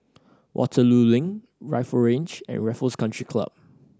Waterloo Link Rifle Range and Raffles Country Club